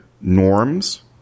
norms